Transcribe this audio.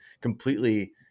completely